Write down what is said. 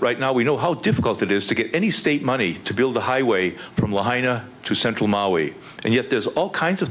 right now we know how difficult it is to get any state money to build a highway from liner to central mali and yet there's all kinds of